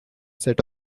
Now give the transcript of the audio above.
set